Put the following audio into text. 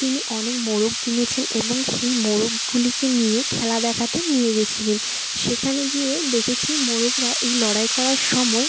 তিনি অনেক মোরগ কিনেছেন এবং সেই মোরগগুলিকে নিয়ে খেলা দেখাতে নিয়ে গিয়েছিলেন সেখানে গিয়ে দেখেছি মোরগরা এই লড়াই করার সময়